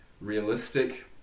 Realistic